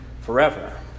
forever